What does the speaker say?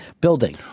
building